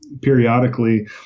periodically